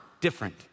different